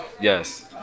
yes